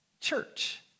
church